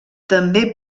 també